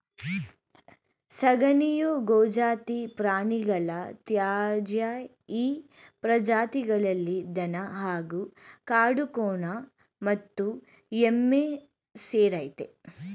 ಸಗಣಿಯು ಗೋಜಾತಿ ಪ್ರಾಣಿಗಳ ತ್ಯಾಜ್ಯ ಈ ಪ್ರಜಾತಿಗಳಲ್ಲಿ ದನ ಹಾಗೂ ಕಾಡುಕೋಣ ಮತ್ತು ಎಮ್ಮೆ ಸೇರಯ್ತೆ